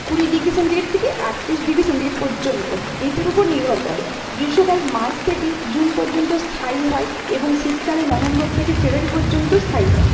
কুড়ি degree centigrade থেকে আটত্রিশ ডিগ্রি সেন্টিগ্রেড পর্যন্ত ঋতুর ওপর নির্ভর করে গ্রীষ্মকাল মার্চ থেকে জুন পর্যন্ত স্থায়ী হয় এবং শীতকালে নভেম্বর থেকে ফেব্রুয়ারি পর্যন্ত স্থায়ী হয়